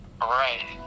Right